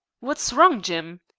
what's wrong, jim?